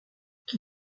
qui